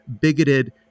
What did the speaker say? bigoted